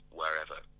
wherever